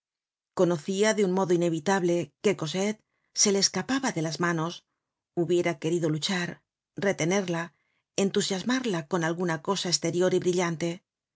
conocia de un modo inevitable que cosette se le escapaba de las manos hubiera querido luchar retenerla entusiasmarla con alguna cosa esterior y brillante